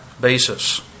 basis